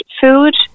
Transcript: food